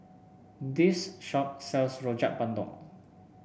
this shop sells Rojak Bandung